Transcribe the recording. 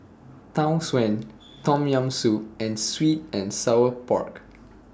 Tau Suan Tom Yam Soup and Sweet and Sour Pork